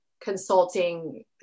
consulting